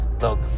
Look